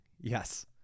Yes